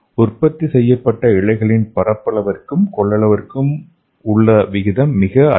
உற்பத்தி செய்யப்பட்ட இழைகளின் பரப்பளவிற்கு கொள்ளளவு இருக்கும் உள்ள விகிதம் மிக அதிகம்